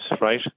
right